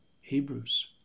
Hebrews